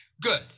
Good